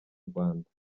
rwanda